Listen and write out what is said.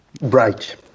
right